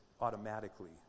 automatically